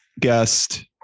guest